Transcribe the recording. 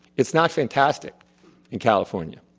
it's not fantastic in california.